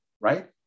right